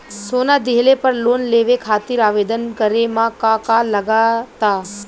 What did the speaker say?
सोना दिहले पर लोन लेवे खातिर आवेदन करे म का का लगा तऽ?